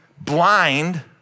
blind